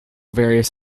various